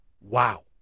Wow